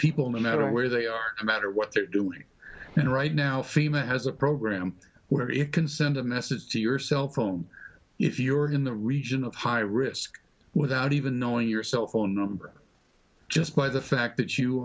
people no matter where they are come out or what they're doing and right now fema has a program where it can send a message to your cell phone if you're in the region of high risk without even knowing your cell phone number just by the fact that you